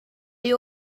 you